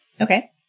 Okay